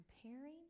comparing